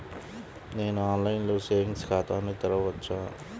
నేను ఆన్లైన్లో సేవింగ్స్ ఖాతాను తెరవవచ్చా?